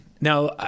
now